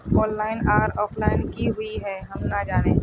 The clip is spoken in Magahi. ऑनलाइन आर ऑफलाइन की हुई है हम ना जाने?